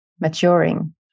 maturing